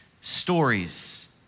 stories